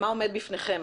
עומד בפניכם,